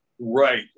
Right